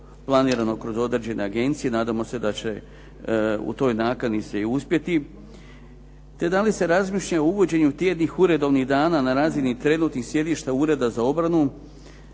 planirano kroz određene agencije. Nadamo se da će u toj nakani se i uspjeti, te da li se razmišlja o uvođenju tjednih uredovnih dana na razini trenutnih sjedišta Ureda za obranu